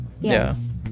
Yes